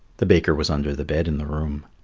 the baker was under the bed in the room.